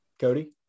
cody